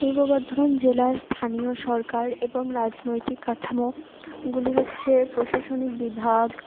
পূর্ব বর্ধমান জেলার স্থানীয় সরকার এবং রাজনৈতিক কাঠামো গুলি হচ্ছে প্রশাসনিক বিভাগ